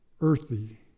earthy